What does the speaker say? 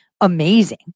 amazing